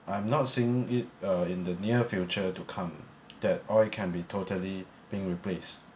I'm not seeing it uh in the near future to come that oil can be totally being replaced